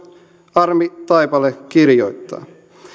armi taipale kirjoittaa